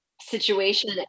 situation